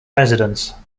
residence